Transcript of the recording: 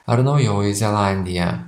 ar naujoji zelandija